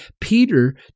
Peter